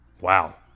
Wow